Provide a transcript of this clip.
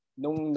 nung